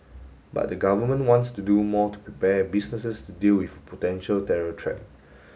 but the Government wants to do more to prepare businesses to deal with potential terror threat